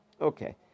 Okay